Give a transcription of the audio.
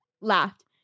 laughed